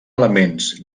elements